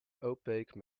opaque